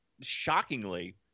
shockingly